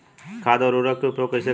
खाद व उर्वरक के उपयोग कईसे करी?